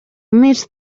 més